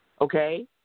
Okay